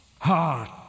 heart